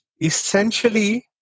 essentially